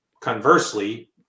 conversely